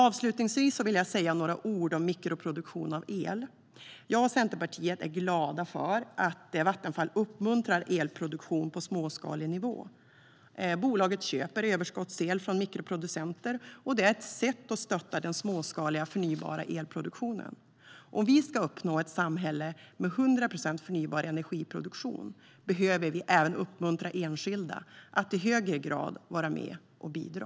Avslutningsvis vill jag säga några ord om mikroproduktion av el. Jag och Centerpartiet är glada för att Vattenfall uppmuntrar elproduktion på småskalig nivå. Bolaget köper överskottsel från mikroproducenter, och det är ett sätt att stötta den småskaliga förnybara elproduktionen. Om vi ska uppnå ett samhälle med 100 procent förnybar energiproduktion behöver vi även uppmuntra enskilda att i högre grad vara med och bidra.